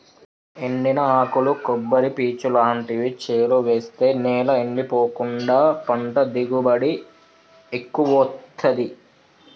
ఎండిన ఆకులు కొబ్బరి పీచు లాంటివి చేలో వేస్తె నేల ఎండిపోకుండా పంట దిగుబడి ఎక్కువొత్తదీ